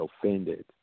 offended